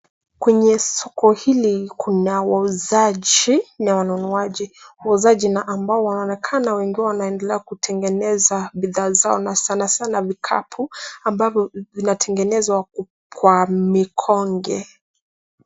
Kwenye soko hili kuna wauzaji na wanunuaji. Wauzaji na ambao wanaonekana wengi wao wanaendelea kutengeneza bidhaa zao na sanasana vikapu ambavyo vinatengenezwa kwa mikonge.